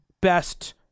best